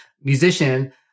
musician